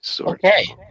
okay